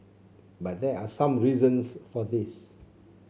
but there are some reasons for this